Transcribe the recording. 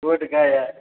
Bodhgaya